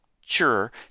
sure